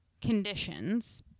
conditions